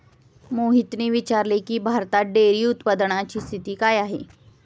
मोहितने विचारले की, भारतात डेअरी उत्पादनाची स्थिती काय आहे?